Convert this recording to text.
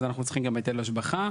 אז אנחנו צריכים גם היטל השבחה.